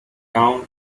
town